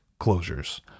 closures